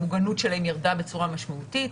המוגנות שלהם ירדה בצורה משמעותית.